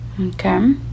okay